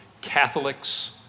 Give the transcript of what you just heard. Catholics